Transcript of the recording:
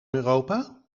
europa